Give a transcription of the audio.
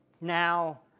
now